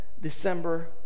December